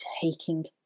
taking